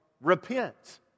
repent